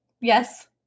Yes